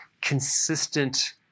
consistent